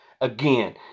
Again